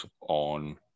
on